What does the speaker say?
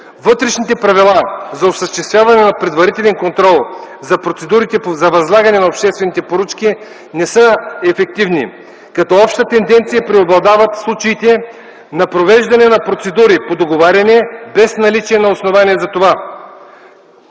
вътрешните правила за осъществяване на предварителен контрол за процедурите за възлагане на обществените поръчки не са ефективни. Като обща тенденция преобладават случаите на провеждане на процедури по договаряне без наличие на основание за това.